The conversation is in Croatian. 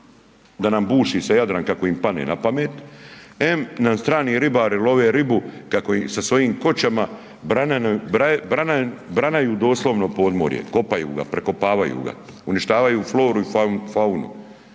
da nam buši se Jadran kako im padne napamet, em nam strani ribari love ribu kako im sa svojim koćama branaju doslovno podmorje, kopaju ga, prekopavaju ga, uništavaju floru i faunu.